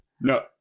no